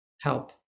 help